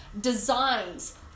designs